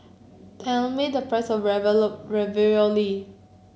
tell me the price of Ravioli